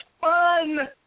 fun